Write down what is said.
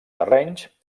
terrenys